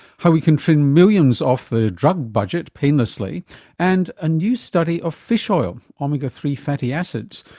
how we can trim millions off the drug budget painlessly and a new study of fish oil, omega three fatty acids,